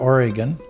Oregon